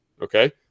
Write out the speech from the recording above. Okay